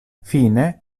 fine